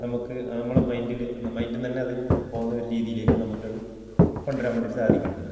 നമുക്ക് നമ്മളെ മൈന്ഡിൽ മൈന്ഡിൽ നിന്ന് തന്നെ അത് പോകുന്ന ഒരു രീതിയിലേക്ക് നമുക്ക് അത് കൊണ്ടു വരാന് വേണ്ടിയിട്ട് സാധിക്കുന്നുണ്ട്